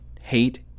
hate